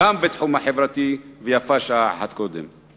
גם בתחום החברתי, ויפה שעה אחת קודם.